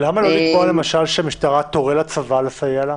אז למה לא לקבוע שהמשטרה תורה גם לצבא לסייע לה?